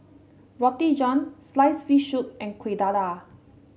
Roti John sliced fish soup and Kueh Dadar